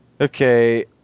Okay